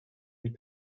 ein